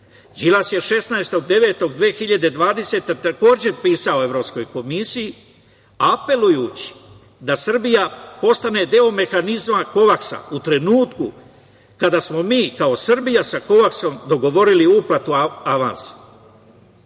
je 16.9.2020. godine takođe pisao Evropskoj komisiji apelujući da Srbija postane deo mehanizma Kovaksa u trenutku kada smo mi kao Srbija sa Kovaksom dogovorili uplatu avansa,